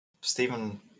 Steven